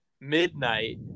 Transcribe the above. midnight